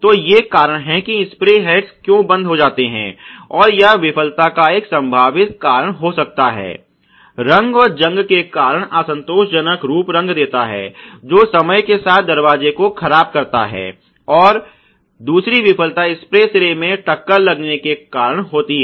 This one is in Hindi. तो ये कारण हैं कि स्प्रे हेड्स क्यों बंद हो जाते हैं और यह विफलता का एक संभावित कारण हो सकता है रंग और जंग के कारण असंतोषजनक रूप रंग देता है जो समय के साथ दरवाजे को खराब करता है और दूसरी विफलता स्प्रे सिर मे टक्कर लगने के कारण होती है